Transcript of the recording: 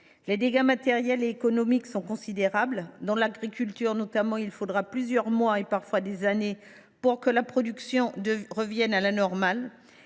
les dégâts matériels et économiques sont considérables. Dans l’agriculture notamment, il faudra plusieurs mois, parfois des années, pour que la production revienne à la normale.